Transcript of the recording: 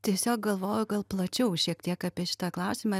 tiesiog galvoju gal plačiau šiek tiek apie šitą klausimą